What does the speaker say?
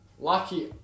Lucky